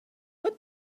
what